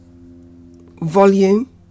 volume